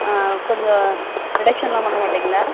ஆ கொஞ்சம் ரிடக்ஷன்லாம் பண்ண மாட்டீங்கள்ல